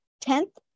Tenth